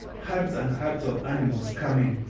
herds and herds of animals come in.